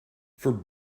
for